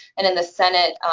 and in the senate,